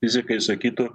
fizikai sakytų